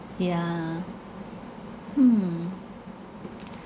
yeah hmm